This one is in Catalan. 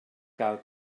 cal